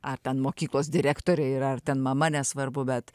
ar ten mokyklos direktorė ir ar ten mama nesvarbu bet